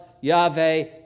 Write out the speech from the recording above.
Yahweh